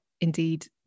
indeed